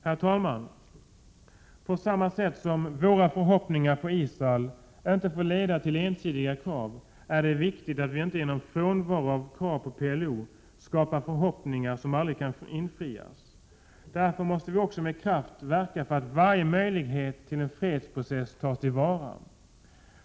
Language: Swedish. Herr talman! På samma sätt som våra förhoppningar på Israel inte får leda till ensidiga krav är det viktigt att vi inte genom frånvaro av krav på PLO skapar förhoppningar som aldrig kan infrias. Därför måste vi också med kraft verka för att varje möjlighet till en fredsprocess tas till vara.